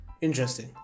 interesting